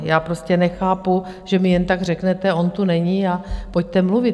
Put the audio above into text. Já prostě nechápu, že mi jen tak řeknete, on tu není a pojďte mluvit.